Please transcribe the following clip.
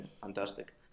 fantastic